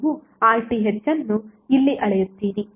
ನೀವುRTh ಅನ್ನು ಇಲ್ಲಿ ಅಳೆಯುತ್ತೀರಿ